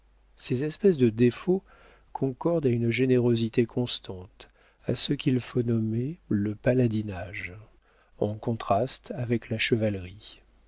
ces espèces de défauts concordent à une générosité constante à ce qu'il faut nommer le paladinage en contraste avec la chevalerie